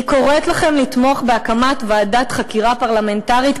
אני קוראת לכם לתמוך בהקמת ועדת חקירת פרלמנטרית,